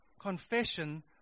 Confession